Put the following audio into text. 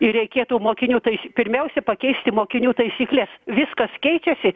ir reikėtų mokinių tai pirmiausia pakeisti mokinių taisykles viskas keičiasi